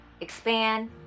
expand